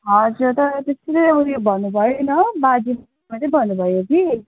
हजुर तर त्यस्तो चाहिँ उयो भन्नु भएन बाजे मात्रै भन्नु भयो कि